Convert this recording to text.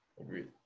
agreed